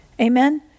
Amen